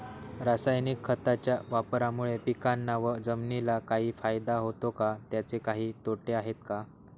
रासायनिक खताच्या वापरामुळे पिकांना व जमिनीला काही फायदा होतो का? त्याचे काही तोटे आहेत का?